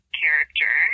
character